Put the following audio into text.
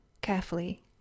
carefully